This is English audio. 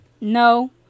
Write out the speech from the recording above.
No